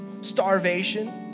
starvation